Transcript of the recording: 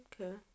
Okay